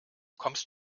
kommst